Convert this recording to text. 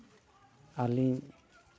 ᱟᱹᱞᱤᱧ